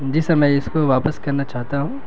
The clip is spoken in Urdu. جی سر میں اس کو واپس کرنا چاہتا ہوں